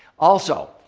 also,